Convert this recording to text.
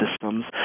systems